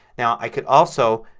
now i could also,